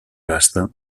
gasta